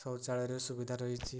ଶୌଚାଳୟର ସୁବିଧା ରହିଛି